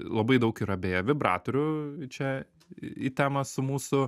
labai daug yra beje vibratorių čia į temą su mūsų